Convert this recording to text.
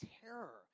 terror